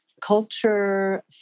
culture